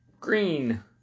Green